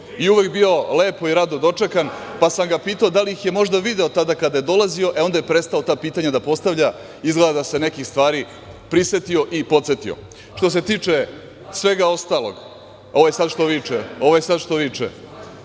i uvek bio lepo i rado dočekan, pa sam ga pitao da li ih je možda video tada kada je dolazio, e onda je prestao ta pitanja da postavlja. Izgleda da se nekih stvari prisetio i podsetio. Što se tiče svega ostalog…(Aleksandar Jovanović: Lažeš.)Ovaj sad što viče,